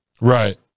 Right